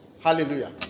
Hallelujah